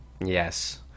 yes